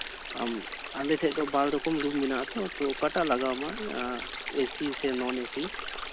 ᱟᱢ ᱟᱞᱮ ᱴᱷᱮᱱ ᱫᱚ ᱵᱟᱨ ᱨᱚᱠᱚᱢ ᱨᱩᱢ ᱢᱮᱱᱟᱜ ᱟᱛᱚ ᱛᱳ ᱚᱠᱟᱴᱟᱜ ᱞᱟᱜᱟᱣ ᱟᱢᱟ ᱮᱥᱤ ᱥᱮ ᱱᱚᱱ ᱮᱥᱤ